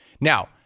Now